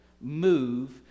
move